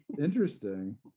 interesting